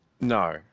No